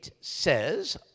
says